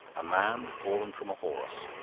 a man fallen from a horse.